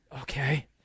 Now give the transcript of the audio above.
Okay